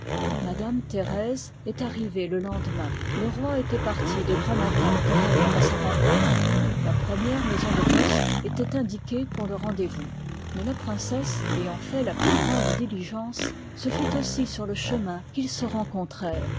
madame thérèse est arrivée le lendemain le roi étoit parti de grand matin pour aller à sa rencontre la première maison de poste étoit indiquée pour le rendez-vous mais la princesse ayant fait la plus grande diligence ce fut aussi sur le chemin qu'ils se